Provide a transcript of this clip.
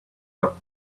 that